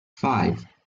five